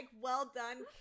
well-done